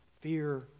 Fear